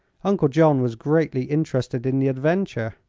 uncle john was greatly interested in the adventure.